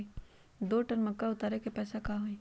दो टन मक्का उतारे के पैसा का होई?